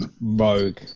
Rogue